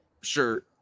sure